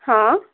हं